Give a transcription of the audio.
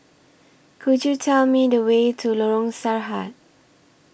Could YOU Tell Me The Way to Lorong Sarhad